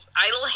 idle